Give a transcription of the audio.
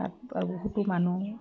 তাত বহুতো মানুহ